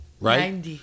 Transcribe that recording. right